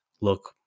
look